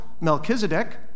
Melchizedek